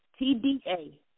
TDA